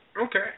Okay